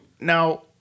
now